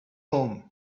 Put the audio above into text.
home